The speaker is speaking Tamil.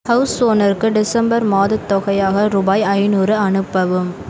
ஹவுஸ் ஓனருக்கு டிசம்பர் மாதத் தொகையாக ரூபாய் ஐநூறு அனுப்பவும்